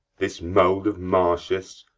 this mould of marcius,